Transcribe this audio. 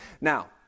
Now